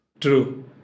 true